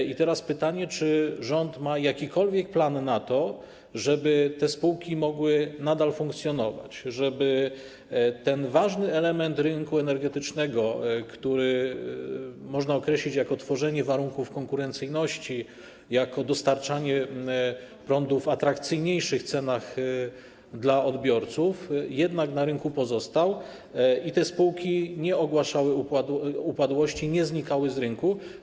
I teraz pytanie, czy rząd ma jakikolwiek plan na to, żeby te spółki mogły nadal funkcjonować, żeby ten ważny element rynku energetycznego, który można określić jako tworzenie warunków konkurencyjności, jako dostarczanie prądu w w atrakcyjniejszych cenach dla odbiorców, jednak na rynku pozostał, a te spółki nie ogłaszały upadłości, nie znikały z rynku.